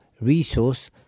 resource